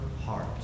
heart